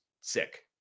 sick